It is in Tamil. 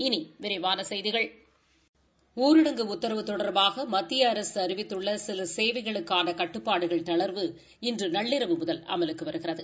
இனி விரிவான செய்திகள் ஊரடங்கு உத்தரவு தொடர்பாக மத்திய அரசு அறிவித்துள்ள சில சேவைகளுக்கான கட்டுப்பாடுகள் தளா்வு இன்று நள்ளிரவு முதல் அமலுக்கு வருகிறது